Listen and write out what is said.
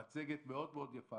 המצגת מאד יפה,